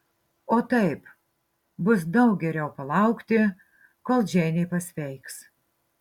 o taip bus daug geriau palaukti kol džeinė pasveiks